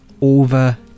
over